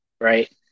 right